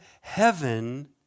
heaven